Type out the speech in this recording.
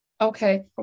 okay